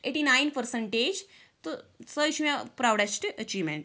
eighty nine percentage تہٕ سۄے چھِ مےٚ پرٛوڈیٚسٹہٕ اچیٖومیٚنٛٹ